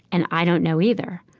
and i don't know either.